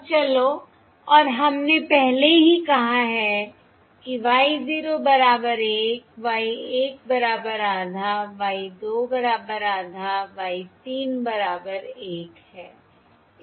और चलो और हमने पहले ही कहा है कि Y 0 बराबर 1 Y 1 बराबर आधा Y 2 बराबर आधा Y 3 बराबर 1 है